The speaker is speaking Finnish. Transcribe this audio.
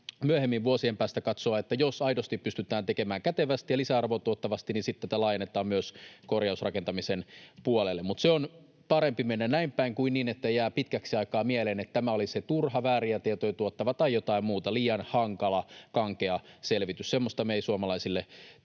myöhemmin, vuosien päästä katsoa, että jos aidosti pystytään tekemään kätevästi ja lisäarvoa tuottavasti, niin sitten tätä laajennetaan myös korjausrakentamisen puolelle. Mutta sen on parempi mennä näin päin kuin niin, että jää pitkäksi aikaa mieleen, että tämä oli se turha, vääriä tietoja tuottava, tai jotain muuta, liian hankala, kankea selvitys. Semmoista me ei suomalaisille tarvita.